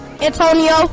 antonio